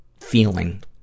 Feeling